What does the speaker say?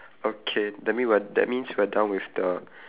okay that mean we're that means we're done with the